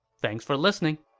thanks for listening!